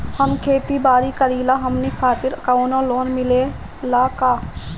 हम खेती बारी करिला हमनि खातिर कउनो लोन मिले ला का?